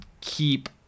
keep